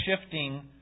shifting